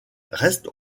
reste